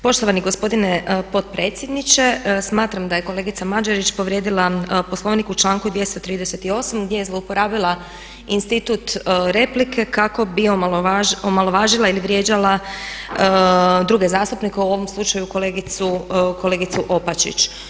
Poštovani gospodine potpredsjedniče, smatram da je kolegica Mađerić povrijedila Poslovnik u članku 238. gdje je zlouporabila institut replike kako bi omalovažila ili vrijeđala druge zastupnike u ovom slučaju kolegicu Opačić.